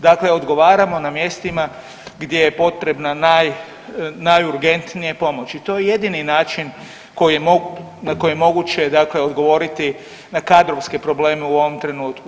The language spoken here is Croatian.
Dakle, odgovaramo na mjestima gdje je potrebna naj najurgentnija pomoć i to je jedini način na koji je moguće dakle odgovoriti na kadrovske probleme u ovom trenutku.